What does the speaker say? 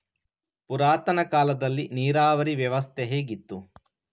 ಪುರಾತನ ಕಾಲದಲ್ಲಿ ನೀರಾವರಿ ವ್ಯವಸ್ಥೆ ಹೇಗಿತ್ತು?